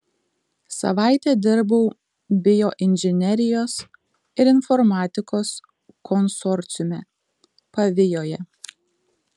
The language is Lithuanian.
savaitę dirbau bioinžinerijos ir informatikos konsorciume pavijoje